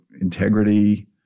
integrity